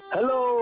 Hello